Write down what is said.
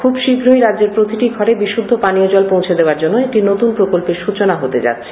খুব শীঘ্রই রাজ্যের প্রতিটি ঘরে বিশুদ্ধ পানীয় জল পৌঁছে দেওয়ার জন্য একটি নতুন প্রকল্পের সূচনা হতে যাচ্ছে